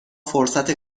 فرصت